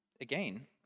again